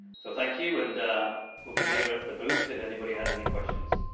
so thank you. and we'll be here at the booth if anybody has any questions.